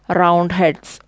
roundheads